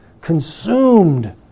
consumed